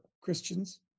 Christians